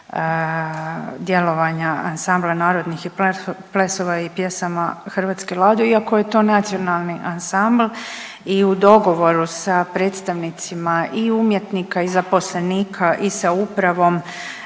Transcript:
djelovanja ansambla narodnih plesova i pjesama Hrvatske Lado iako je to nacionalni ansambl i u dogovoru sa predstavnicima i umjetnika i zaposlenika i sa upravom